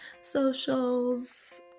socials